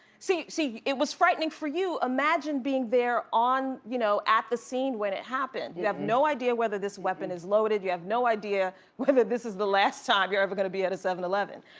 you see, it was frightening for you. imagine being there on, you know, at the scene when it happened. you have no idea whether this weapon is loaded. you have no idea whether this is the last time you're ever going to be at a seven eleven.